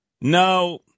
No